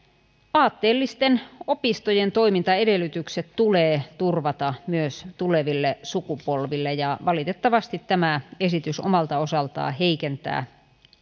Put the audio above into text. aatteellisten opistojen toimintaedellytykset tulee turvata myös tuleville sukupolville ja valitettavasti tämä esitys omalta osaltaan heikentää